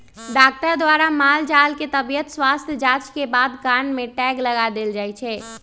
doctor द्वारा माल जाल के तबियत स्वस्थ जांच के बाद कान में टैग लगा देल जाय छै